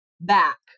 back